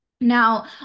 Now